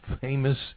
famous